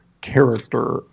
character